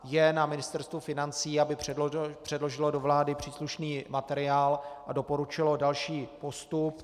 Je na Ministerstvu financí, aby předložilo do vlády příslušný materiál a doporučilo další postup.